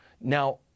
Now